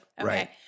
Right